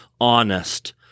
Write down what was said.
honest